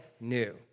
new